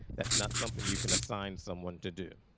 that's not something you can assign someone to do.